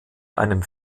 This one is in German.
einem